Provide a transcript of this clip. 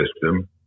system